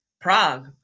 Prague